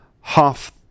half